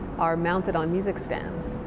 are mounted on music stands.